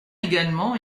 également